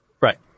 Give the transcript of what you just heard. Right